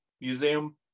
museum